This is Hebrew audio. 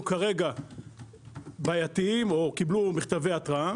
כרגע בעייתיים או קיבלו מכתבי התראה